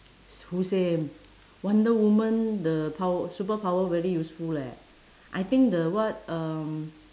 who say wonder woman the pow~ superpower very useful leh I think the what um